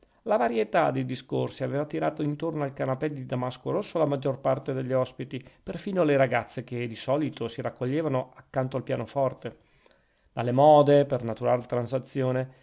la varietà dei discorsi aveva tirata intorno al canapè di damasco rosso la maggior parte degli ospiti perfino le ragazze che di solito si raccoglievano accanto al pianoforte dalle mode per natural transazione